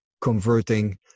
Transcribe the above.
converting